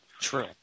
true